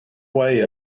way